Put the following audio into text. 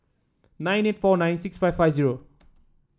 nine eight four nine six five five zero